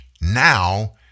now